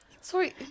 sorry